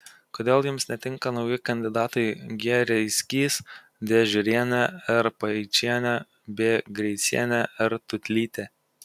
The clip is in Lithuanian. kodėl jums netinka nauji kandidatai g reisgys d žiurienė r paičienė b greicienė r tūtlytė